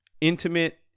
intimate